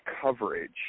coverage